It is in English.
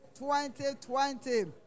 2020